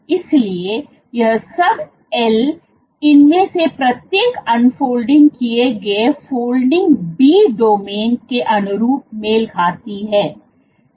इसलिएयहसब L इनमें से प्रत्येक अनफोल्डिंग किए गए फोल्डिंग B डोमेन से अनुरूप मेल खाती है